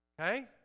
Okay